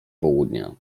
południa